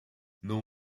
not